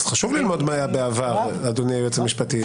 חשוב ללמוד מה היה בעבר, אדוני היועץ המשפטי.